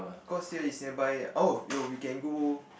cos here is nearby oh yo we can go